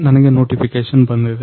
ನನಗೆ ನೋಟಿಫಿಕೇಷನ್ ಬಂದಿದೆ